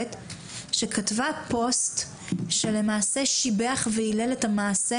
שכתבה פוסט שלמעשה שיבח והילל את המעשה